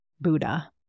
Buddha